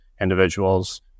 individuals